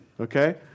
Okay